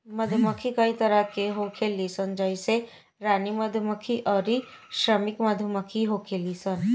मधुमक्खी कई तरह के होखेली सन जइसे रानी मधुमक्खी अउरी श्रमिक मधुमक्खी होखेली सन